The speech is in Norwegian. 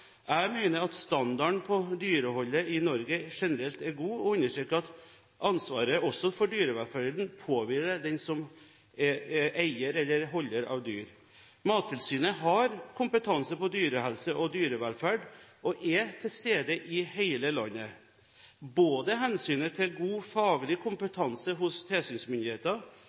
Jeg mener at standarden på dyreholdet i Norge generelt er god, og jeg vil understreke at ansvaret for dyrevelferden påhviler den som er eier, eller holder, av dyr. Mattilsynet har kompetanse på dyrehelse og dyrevelferd og er til stede i hele landet. Både hensynet til god faglig kompetanse hos